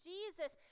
Jesus